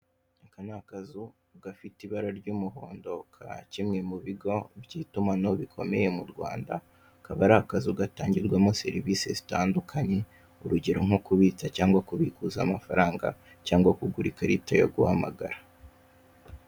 Aka ni akazu gafite ibara ry'umuhondo ka kimwe mu bigo by'itumanaho bikomeye mu Rwanda, kaba ari akazu gatangirwamo serivisi zitandukanye urugero, nko kubitsa cyangwa kubikuza amafaranga cyangwa kugura ikarita yo guhamagara.